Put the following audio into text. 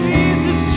Jesus